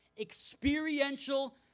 experiential